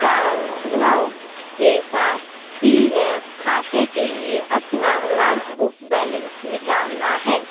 सात नौ के साथ पी एफ खाते के लिए अपना पासबुक बैलेंस निकालना है